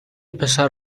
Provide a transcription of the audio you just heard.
پسر